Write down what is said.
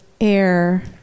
air